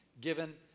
given